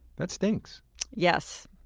that stinks yes.